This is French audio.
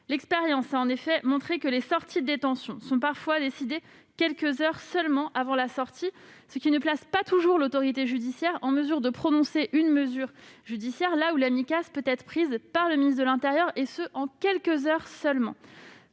L'expérience a en effet montré que les sorties de détention sont parfois décidées quelques heures seulement avant la sortie, ce qui ne place pas toujours l'autorité judiciaire en mesure de prononcer une mesure judiciaire, quand la Micas peut être prise par le ministre de l'intérieur en quelques heures seulement.